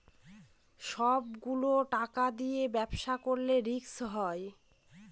সব গুলো টাকা দিয়ে ব্যবসা করলে রিস্ক হয়